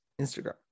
Instagram